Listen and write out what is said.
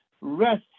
rest